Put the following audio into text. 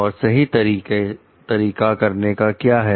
और सही तरीका करने का क्या है